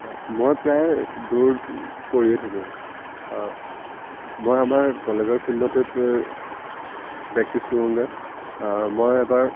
মই প্ৰায় দৌৰ কৰিয়ে থাকোঁ মই আমাৰ কলেজৰ ফিল্ডতে প্ৰেক্টিছ কৰোঁগৈ মই এবাৰ